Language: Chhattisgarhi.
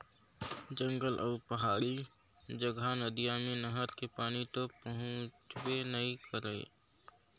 जंगल अउ पहाड़ी जघा नदिया मे नहर के पानी तो पहुंचबे नइ करय